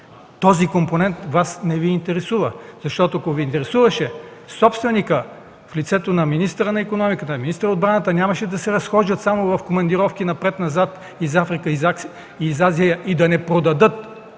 Този компонент обаче не Ви интересува, защото ако Ви интересуваше, собственикът, в лицето на министъра на икономиката, на министъра на отбраната, нямаше само да се разхождат по командировки напред-назад, из Африка, из Азия и да не продадат